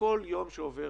כל יום שעובר,